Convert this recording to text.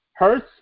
Hurts